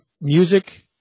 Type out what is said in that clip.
music